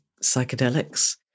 psychedelics